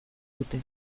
dute